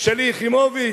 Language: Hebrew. שלי יחימוביץ,